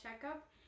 checkup